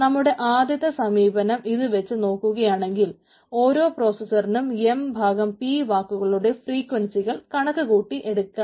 നമ്മുടെ ആദ്യത്തെ സമീപനം ഇതു വച്ച് നോക്കുകയാണെങ്കിൽ ഓരോ പ്രോസ്സസറിനും എം ഭാഗം പി വാക്കുകളുടെ ഫ്രീക്വൻസികൾ കണക്ക്ക്കുട്ടി എടുക്കണം